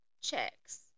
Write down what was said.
checks